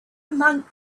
monk